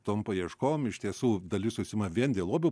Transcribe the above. tom paieškom iš tiesų dalis užsiima vien dėl lobių